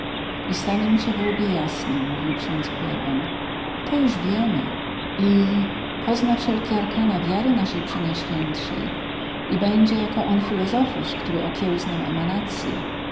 i stanie mu się we łbie jasno mówił ksiądz pleban to już wiemy i pozna wszelkie arkana wiary naszej przenajświętszej i będzie jako on filozofus który okiełznał emanacyę o